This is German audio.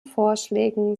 vorschlägen